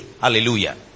hallelujah